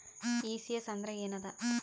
ECS ಅಂದ್ರ ಏನದ?